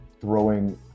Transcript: throwing